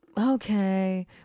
okay